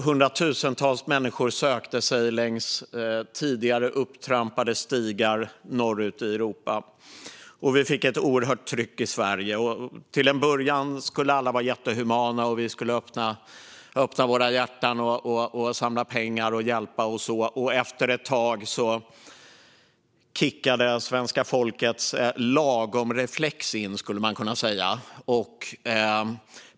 Hundratusentals människor sökte sig norrut i Europa längs tidigare upptrampade stigar. Vi fick ett oerhört tryck i Sverige. Till en början skulle alla vara jättehumana, och vi skulle öppna våra hjärtan, samla pengar och hjälpa till. Efter ett tag kickade svenska folkets lagomreflex in.